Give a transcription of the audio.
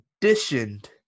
conditioned